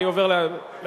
אני עובר להצבעה.